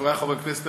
חבריי חברי הכנסת,